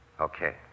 Okay